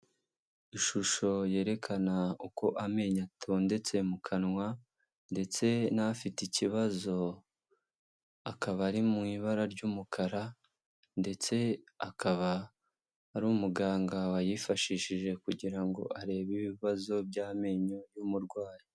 Ishusho yerekana uko amenyo atondetse mu kanwa ndetse n'afite ikibazo, akaba ari mu ibara ry'umukara ndetse akaba ar'umuganga wayifashishije kugira ngo arebe ibibazo by'amenyo y'umurwayi.